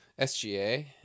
SGA